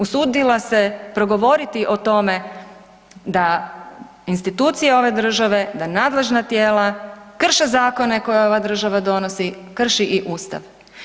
Usudila se progovoriti o tome da institucije ove države, da nadležna tijela krše zakone koje ova država donosi, krši i Ustav.